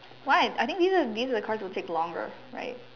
why I think this kind these are the cards that will take longer right